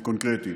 קונקרטית.